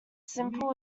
simple